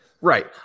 right